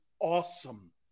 awesome